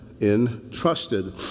entrusted